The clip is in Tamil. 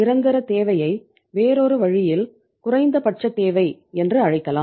நிரந்தரத் தேவையை வேறொரு வழியில் குறைந்தபட்ச தேவை என்று அழைக்கலாம்